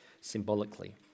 symbolically